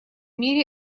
мире